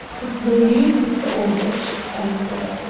it's no use, mr. aldrich, i said.